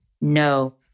No